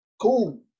Cool